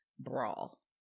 Brawl